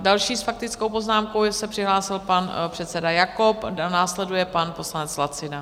Další s faktickou poznámkou se přihlásil pan předseda Jakob, následuje pan poslanec Lacina.